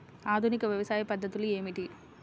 ఆధునిక వ్యవసాయ పద్ధతులు ఏమిటి?